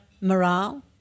morale